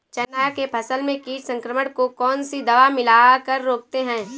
चना के फसल में कीट संक्रमण को कौन सी दवा मिला कर रोकते हैं?